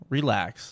relax